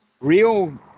Real